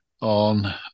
on